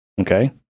Okay